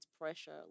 pressure